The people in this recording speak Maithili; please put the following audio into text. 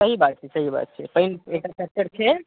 सही बात छै सही बात छै पानि एखन